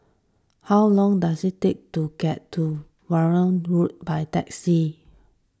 how long does it take to get to Verdun Road by taxi